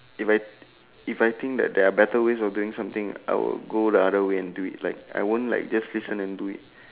if I if I think that there are better ways of doing something I will go the other way and do it like I won't like just listen to it